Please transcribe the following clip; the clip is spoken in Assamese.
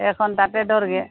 এখন তাতে